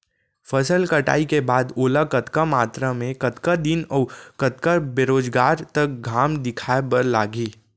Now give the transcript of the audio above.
फसल कटाई के बाद ओला कतका मात्रा मे, कतका दिन अऊ कतका बेरोजगार तक घाम दिखाए बर लागही?